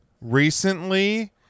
recently